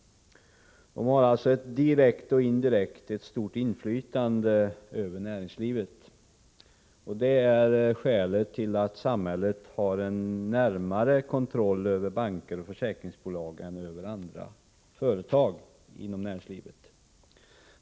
De har alltså direkt och indirekt ett stort inflytande över näringslivet, och det är skälet till att samhället har en närmare kontroll över banker och försäkringsbolag än över andra företag inom näringslivet.